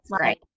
Right